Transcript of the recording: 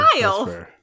Kyle